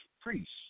priests